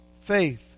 Faith